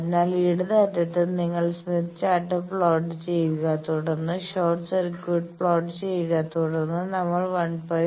അതിനാൽ ഇടത് അറ്റത്താണ് നിങ്ങൾ സ്മിത്ത് ചാർട്ട് പ്ലോട്ട് ചെയ്യുക തുടർന്ന് ഷോർട്ട് സർക്യൂട്ട് പ്ലോട്ട് ചെയ്യുക തുടർന്ന് നമ്മൾക്ക് 1